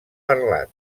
parlat